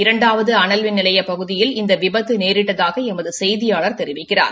இரண்டாவது அணமின் நிலைய பகுதியில் இந்த விபத்து நேரிட்டதாக எமது செய்தியாளர் தெரிவிக்கிறார்